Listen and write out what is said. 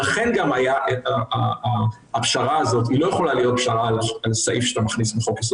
אבל במדינה דמוקרטית יש שלוש רשויות: יש רשות אחת שמחוקקת חוקים,